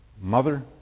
mother